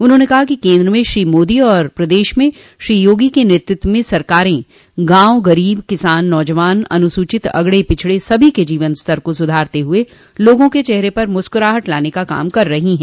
उन्होंने कहा कि केन्द्र में श्री मोदी और प्रदेश में श्री योगी के नेतृत्व में सरकारें गांव गरीब किसान नौजवान अनुसूचित अगड़े पिछड़े सभी के जीवन स्तर को सुधारते हुए लोगों के चेहरे पर मुस्कराहट लाने का काम कर रहीं है